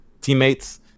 teammates